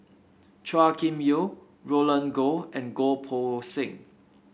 Chua Kim Yeow Roland Goh and Goh Poh Seng